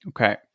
Okay